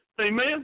Amen